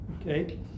okay